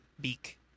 Beak